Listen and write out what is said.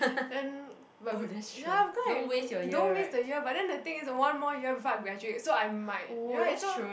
then but will ya because I don't waste the year but then the thing is one more year before I graduate so I might you right so